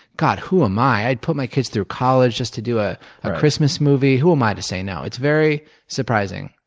god, who am i? i'd put my kids through college just to do a ah christmas movie? who am i to say no? it's very surprising.